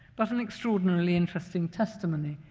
but an extraordinarily interesting testimony,